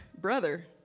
brother